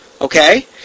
okay